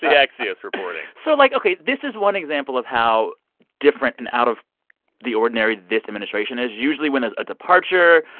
yeah axios reporting so like, ok. this is one example of how different and out of the ordinary this administration is. usually, when there's a departure,